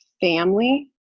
family